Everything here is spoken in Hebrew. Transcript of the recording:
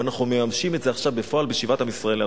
ואנחנו מממשים את זה עכשיו בפועל בשיבת עם ישראל לארצו.